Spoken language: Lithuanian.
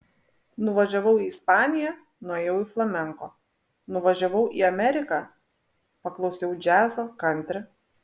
nuvažiavau į ispaniją nuėjau į flamenko nuvažiavau į ameriką paklausiau džiazo kantri